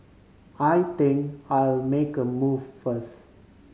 I think I'll make a move first